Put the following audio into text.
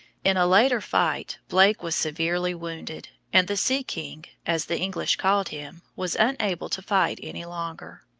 in a later fight blake was severely wounded, and the sea king, as the english called him, was unable to fight any longer.